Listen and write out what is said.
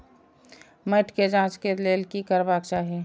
मैट के जांच के लेल कि करबाक चाही?